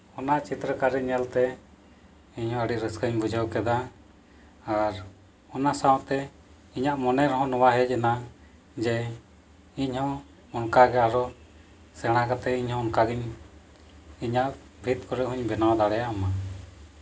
ᱚᱱᱟ ᱪᱤᱛᱨᱚ ᱠᱟᱹᱨᱤ ᱧᱮᱞᱛᱮ ᱤᱧ ᱦᱚᱸ ᱟᱹᱰᱤ ᱨᱟᱹᱥᱠᱟᱹᱧ ᱵᱩᱡᱷᱟᱹᱣ ᱠᱮᱫᱟ ᱟᱨ ᱚᱱᱟ ᱥᱟᱶᱛᱮ ᱤᱧᱟᱹᱜ ᱢᱚᱱᱮ ᱨᱮ ᱦᱚᱸ ᱱᱚᱣᱟ ᱦᱮᱡᱱᱟ ᱡᱮ ᱤᱧ ᱦᱚᱸ ᱚᱱᱠᱟᱜᱮ ᱟᱨᱚ ᱥᱮᱬᱟ ᱠᱟᱛᱮᱫ ᱤᱧ ᱦᱚᱸ ᱚᱱᱠᱟᱜᱮᱧ ᱤᱧᱟᱹᱜ ᱵᱷᱤᱛ ᱠᱚᱨᱮᱫ ᱦᱚᱧ ᱵᱮᱱᱟᱣ ᱫᱟᱲᱮᱭᱟᱜ ᱢᱟ